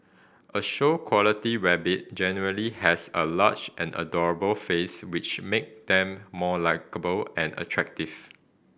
a show quality rabbit generally has a large and adorable face which make them more likeable and attractive